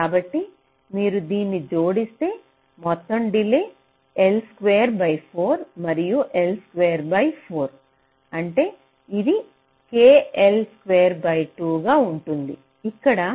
కాబట్టి మీరు దీన్ని జోడిస్తే మొత్తం డిలే L స్క్వేర్ బై 4 మరియు L స్క్వేర్ బై 4 కాబట్టి ఇది K L స్క్వేర్ బై 2 గా ఉంటుంది